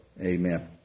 Amen